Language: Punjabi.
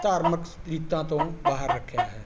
ਧਾਰਮਿਕ ਰੀਤਾਂ ਤੋਂ ਬਾਹਰ ਰੱਖਿਆ ਹੈ